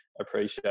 appreciate